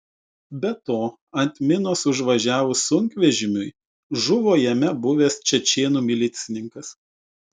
be to ant minos užvažiavus sunkvežimiui žuvo jame buvęs čečėnų milicininkas